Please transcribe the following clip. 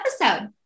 episode